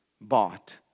bought